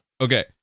Okay